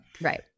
Right